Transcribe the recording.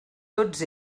tots